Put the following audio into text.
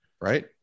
Right